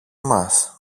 μας